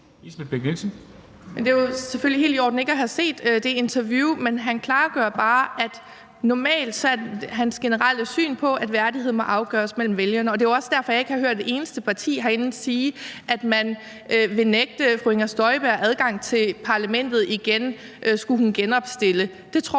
er jo selvfølgelig helt i orden ikke at have set det interview, men Preben Wilhjelm klargør bare, at hans generelle syn på det her er, at værdighed må afgøres mellem vælgerne. Og det er jo også derfor, jeg ikke har hørt et eneste parti herinde sige, at man vil nægte fru Inger Støjberg adgang til parlamentet igen, skulle hun genopstille. Det tror jeg